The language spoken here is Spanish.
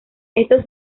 estos